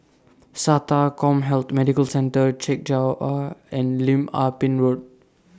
Sata Commhealth Medical Centre Chek Jawa and Lim Ah Pin Road